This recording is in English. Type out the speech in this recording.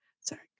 Sorry